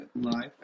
life